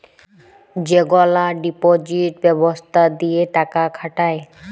যেগলা ডিপজিট ব্যবস্থা দিঁয়ে টাকা খাটায়